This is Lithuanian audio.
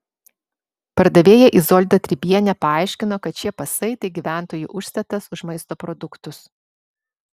pardavėja izolda tribienė paaiškino kad šie pasai tai gyventojų užstatas už maisto produktus